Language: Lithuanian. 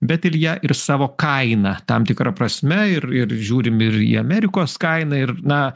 bet ilja ir savo kainą tam tikra prasme ir ir žiūrime ir į amerikos kainą ir na